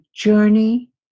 journey